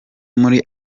muri